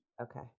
Okay